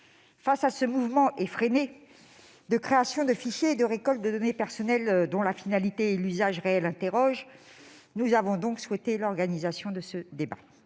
Face à ce mouvement effréné de création de fichiers et de récolte de données personnelles, dont la finalité et l'usage réels interrogent, nous avons souhaité l'organisation de ce débat.